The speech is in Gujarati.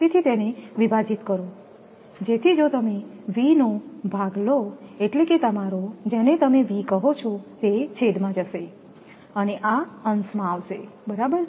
તેથી તેને વિભાજીત કરો જેથી જો તમે V નો ભાગ લો એટલે કે તમારો જેને તમે V કહો છો તે છેદમાં જશે અને આ અંશમાં આવશે બરાબર